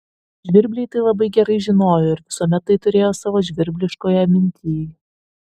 žvirbliai tai labai gerai žinojo ir visuomet tai turėjo savo žvirbliškoje mintyj